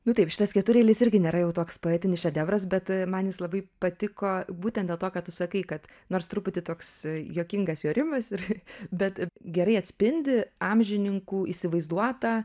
nu taip šitas ketureilis irgi nėra jau toks poetinis šedevras bet man jis labai patiko būtent dėl to ką tu sakai kad nors truputį toks juokingas jo rimas ir bet gerai atspindi amžininkų įsivaizduotą